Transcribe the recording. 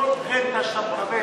כל רנטה שאתה מקבל